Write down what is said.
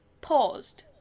paused